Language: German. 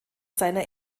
seiner